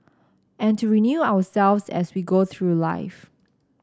and to renew ourselves as we go through life